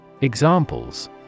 Examples